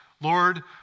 Lord